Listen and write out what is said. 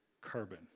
carbon